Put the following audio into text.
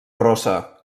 rossa